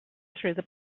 through